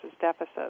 deficits